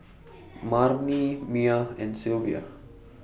Marni Miah and Sylvia